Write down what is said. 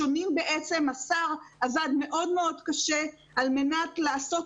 השר עבד מאוד מאוד קשה על מנת לעשות